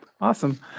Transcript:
Awesome